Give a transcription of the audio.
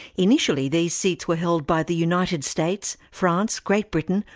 initially these seats were held by the united states, france, great britain,